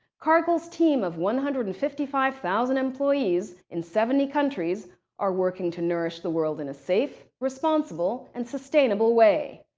cargill's team of one hundred and fifty five thousand employees in seventy countries are working to nourish the world in a safe, responsible, and sustainable way.